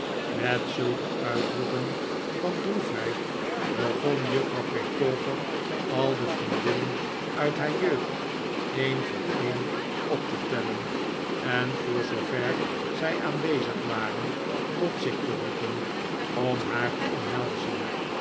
met zulke uitroepen van droefheid begon juffrouw petowker al de vriendinnen uit haar jeugd een voor een op te tellen en voor zoover zij aanwezig waren tot zich te roepen om haar te omhelzen